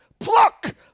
Pluck